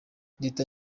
leta